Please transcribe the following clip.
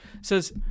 says